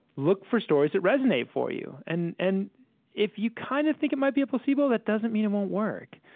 look for stories that resonate for you. and and if you kind of think it might be a placebo, that doesn't mean it won't work.